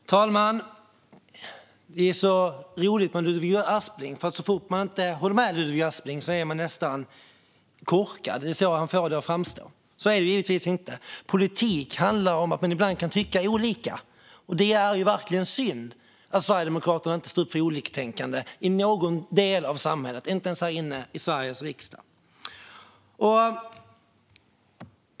Fru talman! Det är så roligt med Ludvig Aspling. Så fort man inte håller med honom får han det att framstå som att man nästan är korkad, men så är det givetvis inte. Politik handlar om att man ibland tycker olika. Det är verkligen synd att Sverigedemokraterna inte står upp för oliktänkande i någon del av samhället, inte ens här inne i Sveriges riksdag.